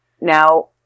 now